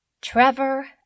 Trevor